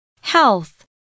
Health